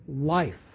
life